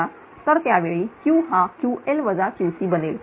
तर त्यावेळी Qहा Ql Qc बनेल